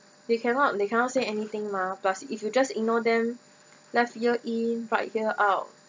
they cannot they cannot say anything mah plus if you just ignore them left ear in right ear out